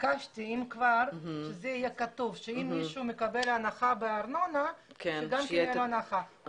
ביקשתי שאם כבר מישהו מקבל הנחה בארנונה שיקבל הנחה גם בהיטל השמירה.